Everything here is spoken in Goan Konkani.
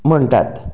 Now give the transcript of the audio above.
म्हणटात